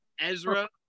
Ezra